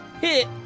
hit